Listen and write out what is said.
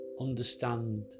Understand